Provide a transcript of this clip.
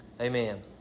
Amen